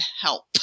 help